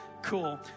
Cool